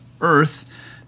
earth